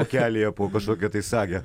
pakelyje buvo kažkokią tai sagę